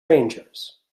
rangers